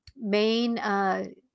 main, –